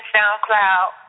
SoundCloud